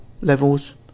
levels